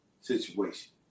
situation